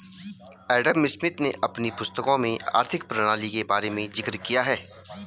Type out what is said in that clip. Adam Smith ने अपनी पुस्तकों में आर्थिक प्रणाली के बारे में जिक्र किया है